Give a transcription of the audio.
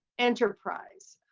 enterprise.